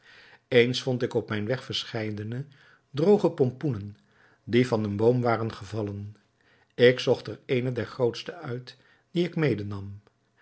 eens vond ik op mijn weg verscheidene drooge pompoenen die van een boom waren gevallen ik zocht er eene der grootste uit die ik mede nam